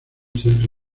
centro